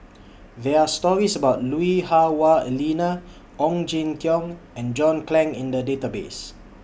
There Are stories about Lui Hah Wah Elena Ong Jin Teong and John Clang in The Database